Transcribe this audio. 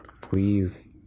please